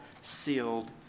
sealed